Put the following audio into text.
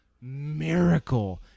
miracle